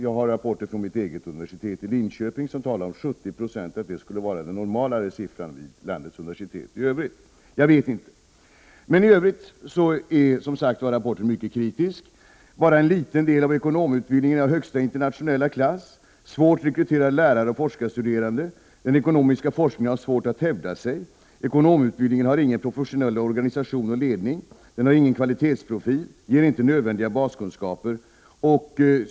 Jag har rapporter från mitt eget universitet i Linköping som talar om att 70 96 skulle vara det normala vid landets universitet i övrigt. I övrigt är alltså rapporten mycket kritisk. Där uppges att bara en liten del av ekonomutbildningen är av högsta internationella klass. Det är svårt att rekrytera lärare och forskarstuderande. Den ekonomiska forskningen har svårt att hävda sig. Ekonomutbildningen har ingen professionell organisation och ledning, har ingen kvalitetsprofil och ger inte nödvändiga baskunskaper.